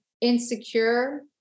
insecure